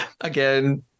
again